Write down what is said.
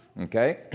Okay